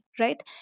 right